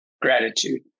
Gratitude